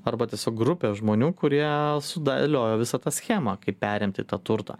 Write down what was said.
arba tiesiog grupė žmonių kurie sudailiojo visą tą schemą kaip perimti tą turtą